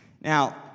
Now